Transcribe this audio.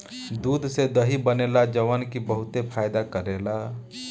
दूध से दही बनेला जवन की बहुते फायदा करेला